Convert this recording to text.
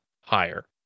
higher